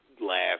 laugh